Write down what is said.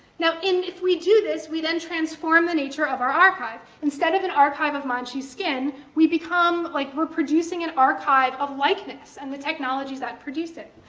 now, if we do this, we then transform the nature of our archive. instead of an archive of manchu skin, we become like we're producing an archive of likeness and the technologies that produce it.